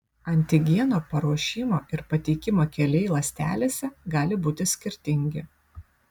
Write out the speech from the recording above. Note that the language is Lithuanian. antigeno paruošimo ir pateikimo keliai ląstelėse gali būti skirtingi